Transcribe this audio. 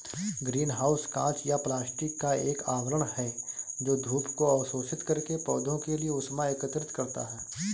green house कांच या plastic का एक आवरण है जो धूप को अवशोषित करके पौधों के लिए ऊष्मा एकत्रित करता है